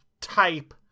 type